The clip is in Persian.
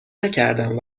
نکردم